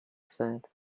said